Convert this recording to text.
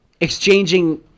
exchanging